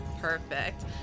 Perfect